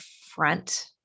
front